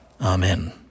Amen